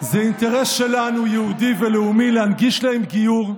זה אינטרס שלנו, יהודי ולאומי, להנגיש להם גיור,